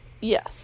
Yes